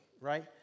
right